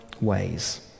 ways